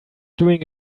doing